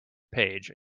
page